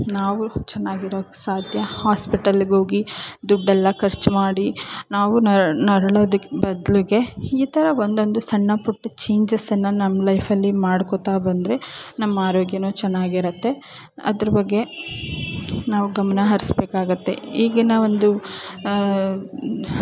ನಾವು ಚೆನ್ನಾಗಿರೋಕೆ ಸಾಧ್ಯ ಹಾಸ್ಪಿಟಲ್ಲಿಗೋಗಿ ದುಡ್ಡೆಲ್ಲ ಖರ್ಚು ಮಾಡಿ ನಾವು ನರ ನರಳೋದಕ್ಕೆ ಬದಲಿಗೆ ಈ ಥರ ಒಂದೊಂದು ಸಣ್ಣ ಪುಟ್ಟ ಚೇಂಜಸನ್ನು ನಮ್ಮ ಲೈಫಲ್ಲಿ ಮಾಡ್ಕೋತಾ ಬಂದರೆ ನಮ್ಮ ಆರೋಗ್ಯವೂ ಚೆನ್ನಾಗಿರುತ್ತೆ ಅದ್ರ ಬಗ್ಗೆ ನಾವು ಗಮನ ಹರಿಸ್ಬೇಕಾಗತ್ತೆ ಈಗಿನ ಒಂದು